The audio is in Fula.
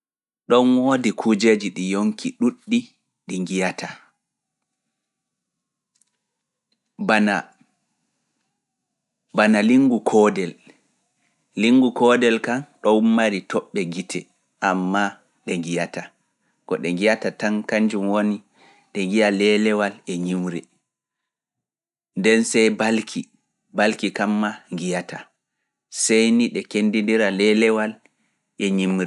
Ɗoon woodi kujeeji ɗi yonki ɗuuɗɗi ɗi njiyataa. bana lingu koodel, don mari tobbe gite amma di ngiyata, sai ni ni naftira e lelewal. don balki kadin fu di ngala gite